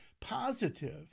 positive